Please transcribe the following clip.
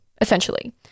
essentially